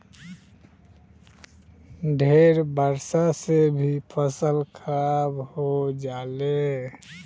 ढेर बरखा से भी फसल खराब हो जाले